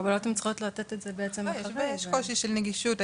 הקבלות הן צריכות לתת את זה בעצם --- יש קושי של נגישות,